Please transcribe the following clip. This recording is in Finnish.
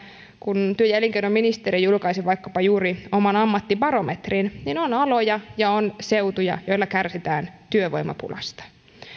kun työ ja elinkeinoministeriö juuri julkaisi vaikkapa oman ammattibarometrinsa niin on aloja ja on seutuja joilla kärsitään työvoimapulasta